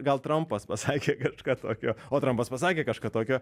gal trampas pasakė kažką tokio o trampas pasakė kažką tokio